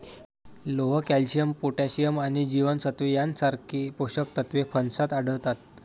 लोह, calcium, potassium आणि जीवनसत्त्वे यांसारखी पोषक तत्वे फणसात आढळतात